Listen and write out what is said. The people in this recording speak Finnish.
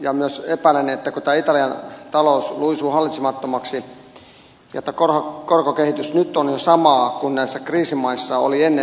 ja kun myös epäilen että tämä italian talous luisuu hallitsemattomaksi ja että korkokehitys nyt on jo samaa luokkaa kuin näissä kriisimaissa oli ennen kriisiä niin minä olisin kysynyt